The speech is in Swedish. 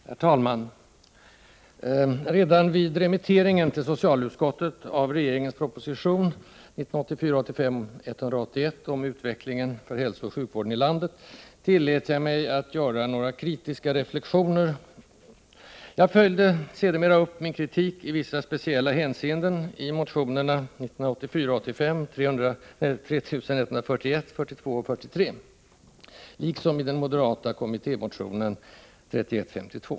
Herr talman! Redan vid remitteringen till socialutskottet av regeringens proposition 1984 85:3141, 3142 och 3143 liksom i den moderata kommittémotionen 3152.